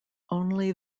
only